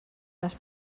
les